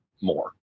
more